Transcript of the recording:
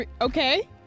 Okay